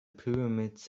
pyramids